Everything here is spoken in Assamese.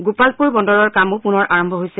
গোপালপুৰ বন্দৰৰ কামো পুনৰ আৰম্ভ হৈছে